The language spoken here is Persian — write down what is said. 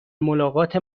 ملاقات